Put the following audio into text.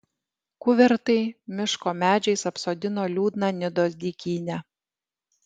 kuvertai miško medžiais apsodino liūdną nidos dykynę